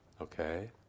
okay